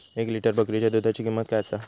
एक लिटर बकरीच्या दुधाची किंमत काय आसा?